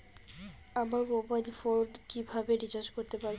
আমার mobile phone কিভাবে recharge করতে পারব?